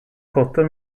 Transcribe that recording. kota